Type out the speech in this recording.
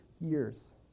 years